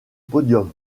podium